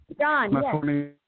John